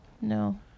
No